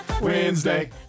Wednesday